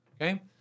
okay